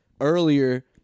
earlier